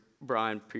Brian